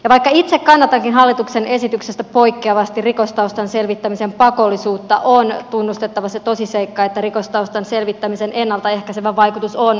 vaikka itse kannatankin hallituksen esityksestä poikkeavasti rikostaustan selvittämisen pakollisuutta on tunnustettava se tosiseikka että rikostaustan selvittämisen ennalta ehkäisevä vaikutus on rajallinen